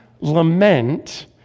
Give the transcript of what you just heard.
lament